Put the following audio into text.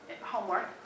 homework